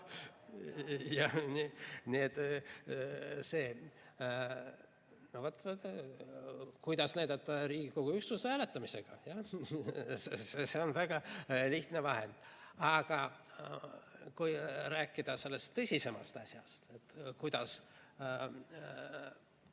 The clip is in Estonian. Kuidas näidata Riigikogu ühtsust? Hääletamisega. See on väga lihtne vahend. Aga kui rääkida tõsisemast asjast, kuidas